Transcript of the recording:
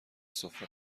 سفره